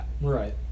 Right